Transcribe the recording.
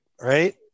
right